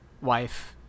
Wife